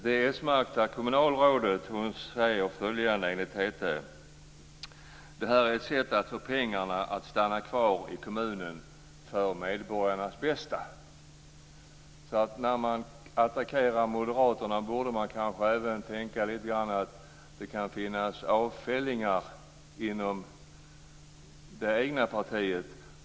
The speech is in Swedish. Det s-märkta kommunalrådet säger följande enligt TT: "Det här är ett sätt att få pengarna att stanna kvar i kommunen för medborgarnas bästa". När man attackerar moderaterna bör man kanske även tänka på att det kan finnas avfällingar inom det egna partiet.